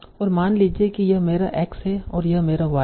और मान लीजिए कि यह मेरा X है और यह मेरा Y है